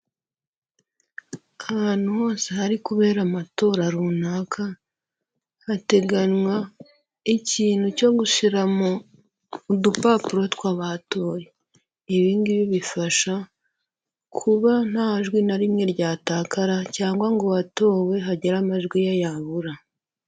Ahantu hose hari kubera amatora runaka, hateganywa ikintu cyo gushyiramo udupapuro tw'abatoye, ibi ngibi bifasha kuba nta jwi na rimwe ryatakara cyangwa ngo uwatowe hagire amajwi ye yabura.